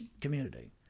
community